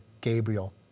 Gabriel